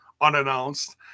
Unannounced